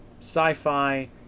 sci-fi